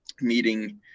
meeting